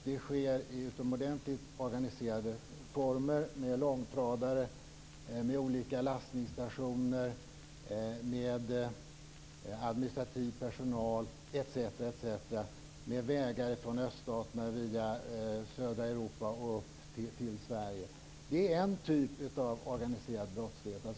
Detta sker i utomordentligt organiserade former - med långtradare, med olika lastningsstationer, med administrativ personal etc. Det tar vägen från öststaterna via södra Europa och upp till Sverige. Det här är en typ av organiserad brottslighet.